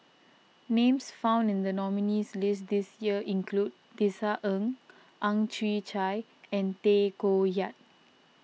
names found in the nominees' list this year include Tisa Ng Ang Chwee Chai and Tay Koh Yat